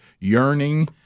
yearning